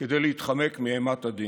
כדי להתחמק מאימת הדין.